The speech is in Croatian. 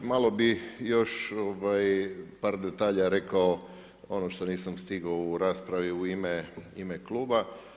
Pa, malo bi još par detalja rekao, ono što nisam stigao u raspravi u ime kluba.